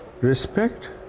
Respect